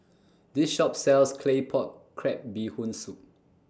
This Shop sells Claypot Crab Bee Hoon Soup